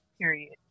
Period